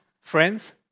friends